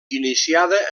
iniciada